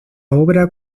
obra